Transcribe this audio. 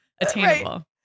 attainable